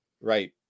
right